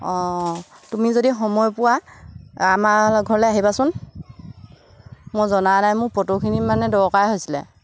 অঁ তুমি যদি সময় পোৱা আমাৰ ঘৰলৈ আহিবাচোন মই জনা নাই মোৰ ফটোখিনি মানে দৰকাৰেই হৈছিলে